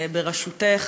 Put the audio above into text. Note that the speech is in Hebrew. בראשותה,